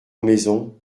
maison